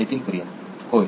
नितीन कुरियन होय